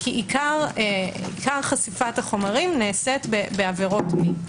עיקר חשיפת החומרים נעשית בעבירות מין.